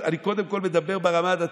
אני קודם כול מדבר ברמה הדתית.